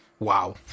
wow